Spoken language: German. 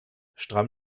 stramm